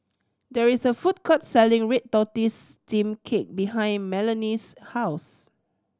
there is a food court selling red tortoise steamed cake behind Melonie's house